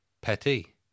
Petty